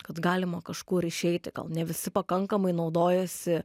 kad galima kažkur išeiti gal ne visi pakankamai naudojasi